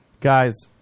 guys